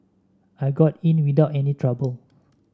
I got in without any trouble